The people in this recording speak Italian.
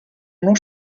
uno